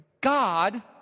God